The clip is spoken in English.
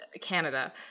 Canada